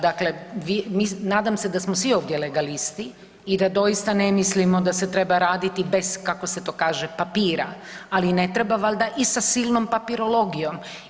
Dakle, nadam se da smo svi ovdje legalisti i da doista ne mislimo da se treba raditi bez, kako se to kaže, papira, ali ne treba valjda i sa silnom papirologijom.